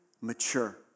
mature